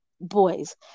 boys